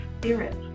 Spirit